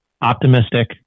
optimistic